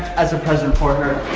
as a present for her.